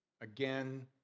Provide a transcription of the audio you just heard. again